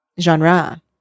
genre